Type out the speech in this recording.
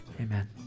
Amen